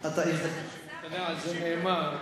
זה נאמר: